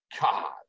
God